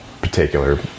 particular